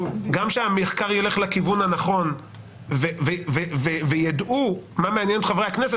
שהמחקר ילך לכיוון הנכון וידעו מה מעניין את חברי הכנסת